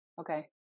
Okay